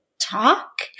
talk